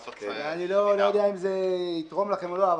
אני לא יודע אם זה יתרום לכם או לא,